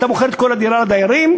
אתה מוכר את כל הדירה לדיירים: